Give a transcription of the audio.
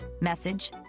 message